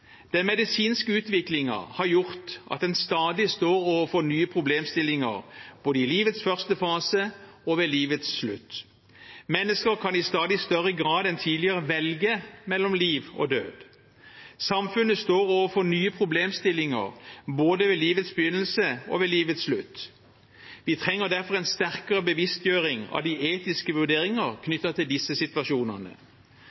Den medisinske utviklingen har gjort at en stadig står overfor nye problemstillinger både i livets første fase og ved livets slutt. Mennesker kan i stadig større grad enn tidligere velge mellom liv og død. Samfunnet står overfor nye problemstillinger både ved livets begynnelse og ved livets slutt. Vi trenger derfor en sterkere bevisstgjøring av etiske vurderinger